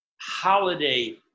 holiday